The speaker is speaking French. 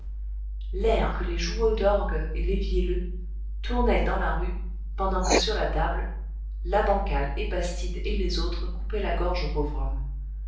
l'air que les joueux d'orgue et les vielleux tournaient dans la rue pendant que sur la table la bancal et bastide et les autres coupaient la gorge au pauvre homme